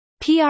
PR